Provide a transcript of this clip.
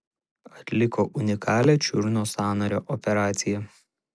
atliko unikalią čiurnos sąnario operaciją